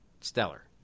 stellar